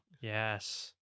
yes